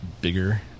bigger